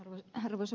arvoisa puhemies